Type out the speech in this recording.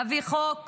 להביא חוק